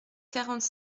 quarante